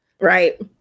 Right